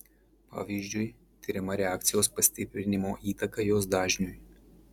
pavyzdžiui tiriama reakcijos pastiprinimo įtaka jos dažniui